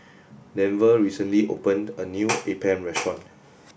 Denver recently opened a new Appam restaurant